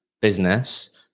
business